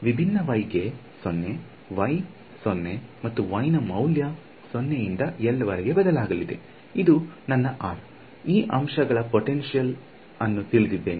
ವಿಭಿನ್ನ y ಗೆ 0 y 0 ಮತ್ತು y ನ ಮೌಲ್ಯ 0 ರಿಂದ L ವರೆಗೆ ಬದಲಾಗಲಿದೆ ಇದು ನನ್ನ r ಈ ಅಂಶಗಳ ಪೊಟೆನ್ಶಿಯಲ್ ಅನ್ನು ತಿಳಿದಿದ್ದೇನೆ